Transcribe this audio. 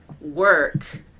work